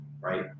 right